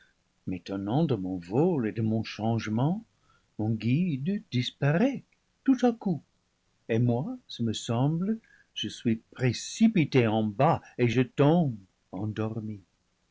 m'étonnant de mon vol et de mon changement mon guide disparaît tout à coup et moi ce me semble je suis précipitée en bas et je tombe endormie